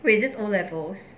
wait is this O levels